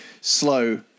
slow